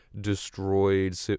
destroyed